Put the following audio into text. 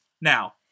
Now